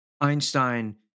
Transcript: Einstein